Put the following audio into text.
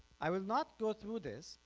i will not go through this,